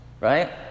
right